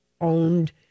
owned